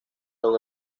los